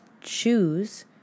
choose